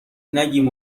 نگیم